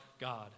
God